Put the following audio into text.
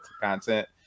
content